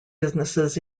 businesses